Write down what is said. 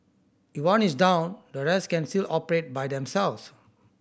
if one is down the rest can still operate by themselves